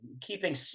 keeping